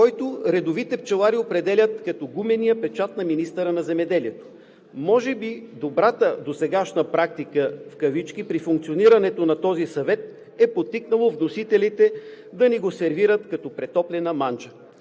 който редовите пчелари определят като гумения печат на министъра на земеделието. Може би добрата досегашна практика в кавички при функционирането на този съвет е подтикнало вносителите да ни го сервират като претоплена манджа.